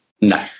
No